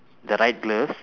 the right gloves